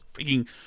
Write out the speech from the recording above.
freaking